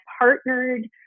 partnered